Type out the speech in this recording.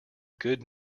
good